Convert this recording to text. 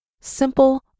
simple